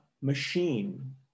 machine